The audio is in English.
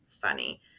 funny